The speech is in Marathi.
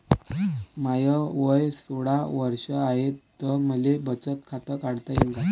माय वय सोळा वर्ष हाय त मले बचत खात काढता येईन का?